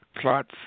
plots